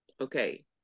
Okay